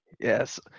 Yes